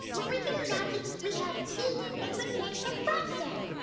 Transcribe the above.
we we can imagine we have teeth and pretend to brush them.